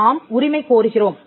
நாம் உரிமை கோருகிறோம்